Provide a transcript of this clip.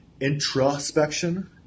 introspection